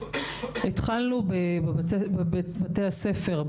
התחלנו בבתי הספר,